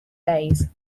days